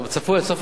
הצפוי עד סוף השנה.